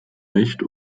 recht